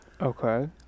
Okay